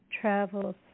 travels